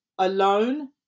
alone